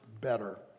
better